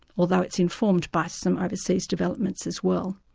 although it's informed by some overseas developments as well.